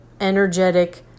energetic